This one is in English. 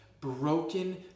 broken